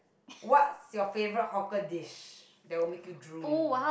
what's your favorite hawker dish that will make you drool